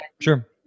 sure